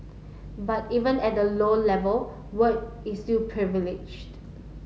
but even at a low level work is still privileged